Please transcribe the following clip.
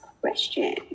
question